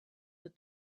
that